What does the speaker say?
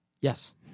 Yes